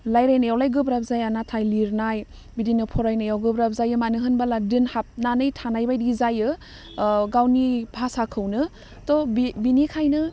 लाइरायनायावलाय गोब्राब जाया नाथाय लिरनाय बिदिनो फरायनायाव गोब्राब जायो मानो होनबोला दोनहाबनानै थानाय बायदि जायो ओह गावनि भासाखौनो थ' बेनिखाइनो ओह